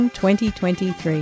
2023